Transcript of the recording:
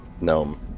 gnome